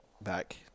back